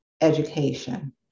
education